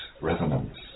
resonance